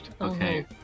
Okay